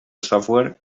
software